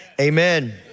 amen